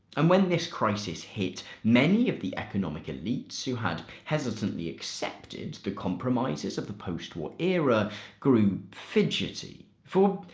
and, when this crisis hit, many of the economic elites who had hesitantly accepted the compromises of the post-war era grew fidgety. for,